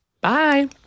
bye